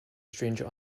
stranger